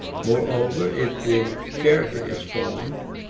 moreover, if the character is formed,